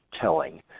telling